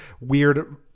weird